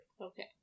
Okay